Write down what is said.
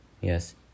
Yes